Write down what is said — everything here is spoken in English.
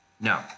No